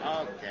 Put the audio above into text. Okay